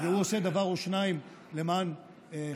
הוא עושה דבר או שנים למען החזות,